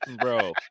Bro